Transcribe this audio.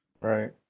Right